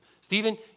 Stephen